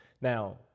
Now